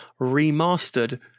remastered